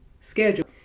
schedule